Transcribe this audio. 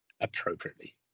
appropriately